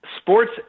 sports